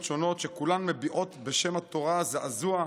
שונות שכולן מביעות בשם התורה זעזוע,